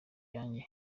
yanjye